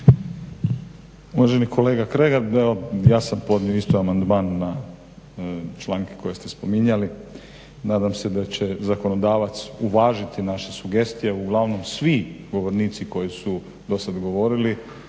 Uvaženi kolega Kregar, ja sam podnio isto amandman na članke koje ste spominjali. Nadam se da će zakonodavac uvažiti naše sugestije. Uglavnom svi govornici koji su dosad govorili